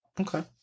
Okay